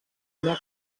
una